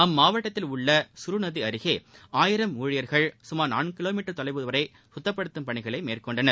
அம்மாவட்டத்தில் உள்ள சுரு நதி அருகே ஆயிரம் ஊழியர்கள் சுமார் நான்கு கிலோ மீட்டர் தொலைவு வரை சுத்தப்படுத்தும் பணிகளை மேற்கொண்டனர்